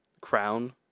crown